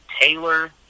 Taylor